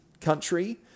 country